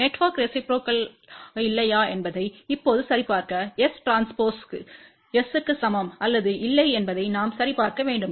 network ரெசிப்ரோக்கல்மா இல்லையா என்பதை இப்போது சரிபார்க்கS டிரான்ஸ்போஸ் S க்கு சமம் அல்லது இல்லை என்பதை நாம் சரிபார்க்க வேண்டும்